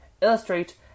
illustrate